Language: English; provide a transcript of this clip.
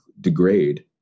degrade